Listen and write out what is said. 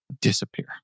disappear